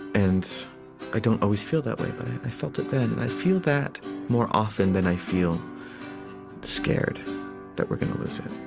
and i don't always feel that way, but i felt it then, and i feel that more often than i feel scared that we're going to lose it